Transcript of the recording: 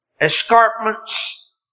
escarpments